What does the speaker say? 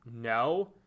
No